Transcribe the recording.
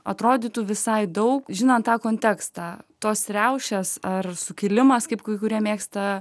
atrodytų visai daug žinant tą kontekstą tos riaušės ar sukilimas kaip kai kurie mėgsta